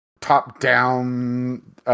top-down